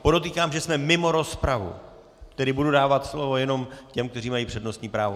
Podotýkám, že jsme mimo rozpravu, tedy budu dávat slovo jenom těm, kteří mají přednostní právo.